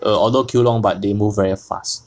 err although queue long but they move very fast